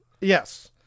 Yes